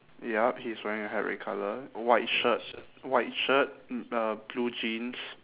ya he's wearing a hat red colour white shirt white shirt mm uh blue jeans